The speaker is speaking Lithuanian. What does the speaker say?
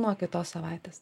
nuo kitos savaitės